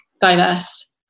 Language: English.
diverse